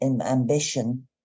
ambition